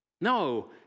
No